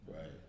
right